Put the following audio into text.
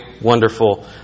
wonderful